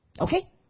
okay